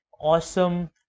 awesome